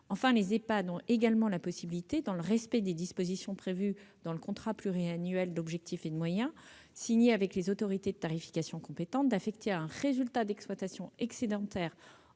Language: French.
Enfin, les Ehpad ont également la possibilité, dans le respect des dispositions prévues dans le contrat pluriannuel d'objectifs et de moyens signé avec les autorités de tarification compétentes, d'affecter un résultat d'exploitation excédentaire